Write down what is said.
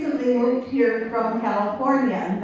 moved here from california.